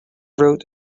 wrote